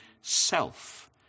self